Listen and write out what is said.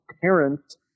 parents